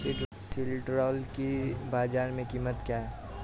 सिल्ड्राल की बाजार में कीमत क्या है?